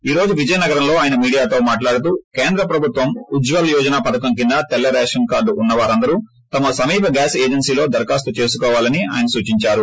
ఈ రోజు విజయనగరంలో ఆయన మీడియాతో మాట్హడుతూ కేంద్ర ప్రభుత్వ ఉజ్వల్ యోజన పధకం కింద తెల్ల రేషన్ కార్లు ఉన్నవారందరు తమ సమీప గ్యాస్ ఏజెన్స్లో దరఖాస్తు చేసుకోవాలని ఆయన సూచించారు